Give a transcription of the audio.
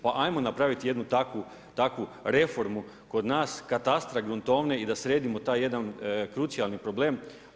Pa ajmo napraviti jednu takvu reformu kod nas katastra, gruntovne i da sredimo taj jedan krucijalni problem.